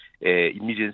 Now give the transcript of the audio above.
emergency